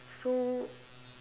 so